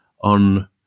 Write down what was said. on